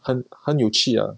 很很有趣啊